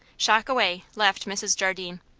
shock away, laughed mrs. jardine.